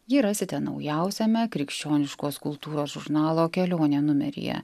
jį rasite naujausiame krikščioniškos kultūros žurnalo kelionė numeryje